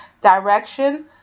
direction